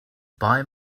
buy